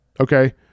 okay